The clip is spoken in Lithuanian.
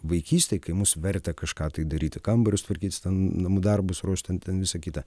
vaikystėj kai mus vertė kažką tai daryti kambarius tvarkyti namų darbus ruošt ten ten visa kita